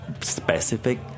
specific